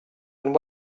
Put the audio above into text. and